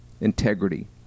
integrity